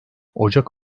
ocak